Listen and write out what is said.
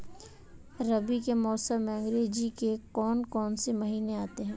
रबी के मौसम में अंग्रेज़ी के कौन कौनसे महीने आते हैं?